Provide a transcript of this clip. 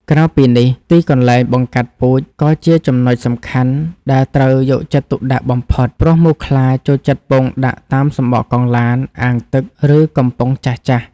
ក្រៅពីនេះ ទីកន្លែងបង្កាត់ពូជក៏ជាចំណុចសំខាន់ដែលត្រូវយកចិត្តទុកដាក់បំផុត ព្រោះមូសខ្លាចូលចិត្តពងដាក់តាមសំបកកង់ឡាន អាងទឹក ឬកំប៉ុងចាស់ៗ។